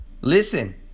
listen